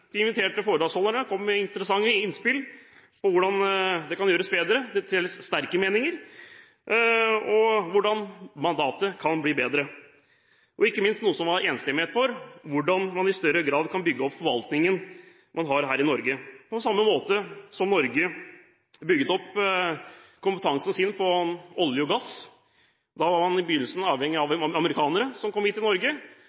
De inviterte foredragsholderne kom med interessante innspill og hadde til dels sterke meninger om hvordan det kan gjøres bedre, om hvordan mandatene kan bli bedre, og ikke minst noe som det var enstemmighet for: hvordan man i større grad kan bygge opp forvaltningen man har her i Norge, på samme måte som Norge bygget opp kompetansen sin på olje og gass. Da var man i begynnelsen avhengig av